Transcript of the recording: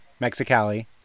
Mexicali